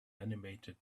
animated